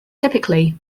typically